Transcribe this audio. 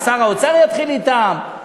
שר האוצר יתחיל אתם?